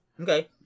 Okay